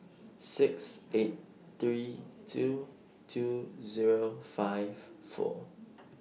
six eight three two two Zero five four